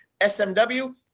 SMW